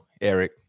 Eric